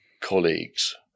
colleagues